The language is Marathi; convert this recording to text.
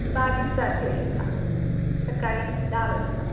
बावीस तारखेला सकाळी दहा वाजता